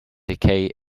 decay